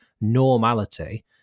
normality